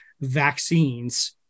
vaccines